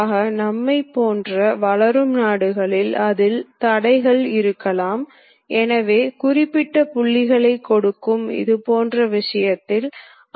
எனவே இவற்றைக் கொடுத்தால் நீங்கள் இதை மையமாக எடுத்துக்கொண்டு ஒரு வட்ட வளைவை வரைந்து இந்த வட்ட வளைவு பாதையில் கருவியை எடுத்து செல்ல வேண்டும்